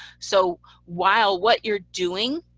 so while what you're doing